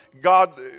God